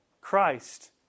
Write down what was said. Christ